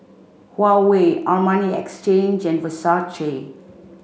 Huawei Armani Exchange and Versace